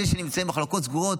אלה שנמצאים במחלקות סגורות,